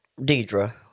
Deidre